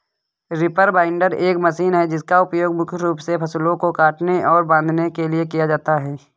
reaper binder एक machine है जिसका उपयोग मुख्य रूप से फसलों को काटने और बांधने के लिए किया जाता है